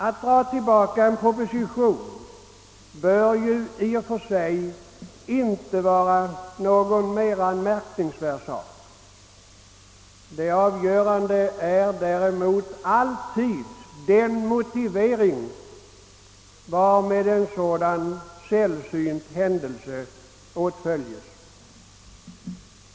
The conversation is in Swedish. Att dra tillbaka en proposition bör ju i och för sig inte vara någon anmärkningsvärd sak. Det avgörande är alltid den motivering varmed en sådan sällsynt händelse åtföljs.